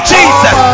Jesus